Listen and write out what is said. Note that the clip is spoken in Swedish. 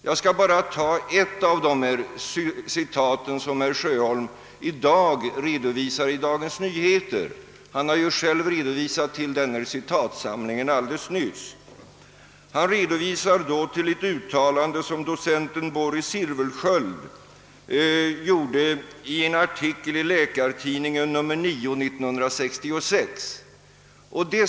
Jag skall endast ta upp ett av de citat som herr Sjöholm i dag redovisar i Dagens Nyheter — han har själv alldeles nyss hänvisat till denna citatsamling. Han åberopade ett uttalande av docenten Boris Silfverskiöld i en artikel i Läkartidningen nr 9 1966.